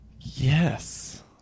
Yes